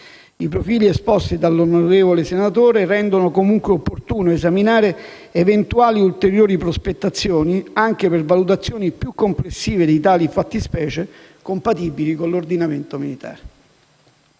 I profili esposti dall'onorevole senatore rendono comunque opportuno esaminare eventuali ulteriori prospettazioni anche per valutazioni più complessive di tali fattispecie compatibili con l'ordinamento militare.